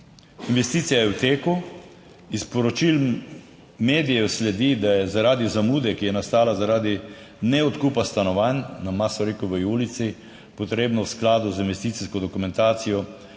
Investicija je v teku, iz poročil medijev sledi, da je zaradi zamude, ki je nastala, zaradi ne odkupa stanovanj na Masarykovi ulici potrebno v skladu z investicijsko dokumentacijo